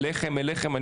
אליכם,